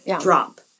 drop